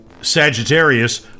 Sagittarius